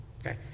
okay